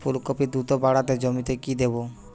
ফুলকপি দ্রুত বাড়াতে জমিতে কি দেবো?